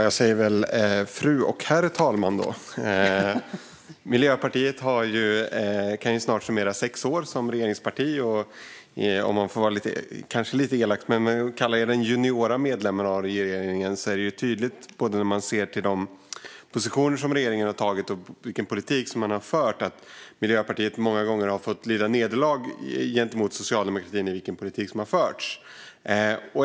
Herr talman! Miljöpartiet kan snart summera sex år som regeringsparti, och om man är lite elak kan man kalla er den juniora medlemmen av regeringen, och det är tydligt både när man ser till de positioner som regeringen har intagit och den politik som man har fört att Miljöpartiet många gånger har fått lida nederlag gentemot socialdemokratin när det gäller vilken politik som har förts.